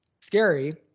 scary